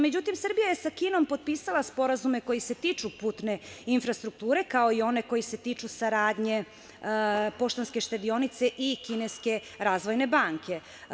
Međutim, Srbija je sa Kinom potpisala sporazume koji se tiču putne infrastrukture, kao i one koji se tiču saradnje Poštanske štedionice i Kineske Razvojne Banke.